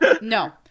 no